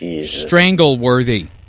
Strangle-worthy